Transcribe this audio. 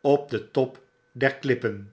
op den top der klippen